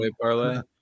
parlay